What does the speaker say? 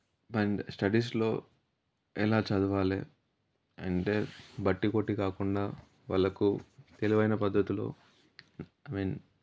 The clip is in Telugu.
అండ్ స్టడీస్లో ఎలా చదవాలి అంటే బట్టీ కొట్టి కాకుండా వాళ్ళకు తెలివైన పద్ధతిలో ఐ మీన్